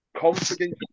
confidence